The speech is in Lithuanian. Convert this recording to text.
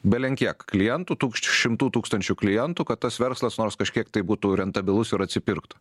belenkiek klientų tų šimtų tūkstančių klientų kad tas verslas nors kažkiek tai būtų rentabilus ir atsipirktų